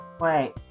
wait